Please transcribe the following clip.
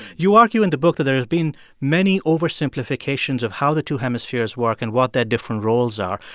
you argue in the book that there has been many oversimplifications of how the two hemispheres work and what their different roles are.